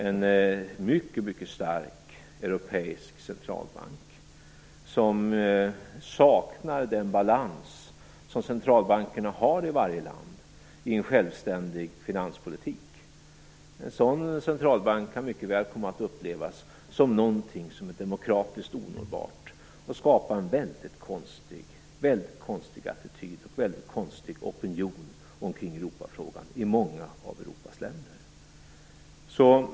En mycket stark europeisk centralbank, som saknar den balans som centralbankerna har i varje land i en självständig finanspolitik, kan mycket väl komma att upplevas som något demokratiskt ohållbart och skapa en väldigt konstig attityd och en väldigt konstig opinion kring Europafrågan i många av Europas länder.